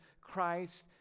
Christ